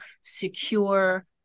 secure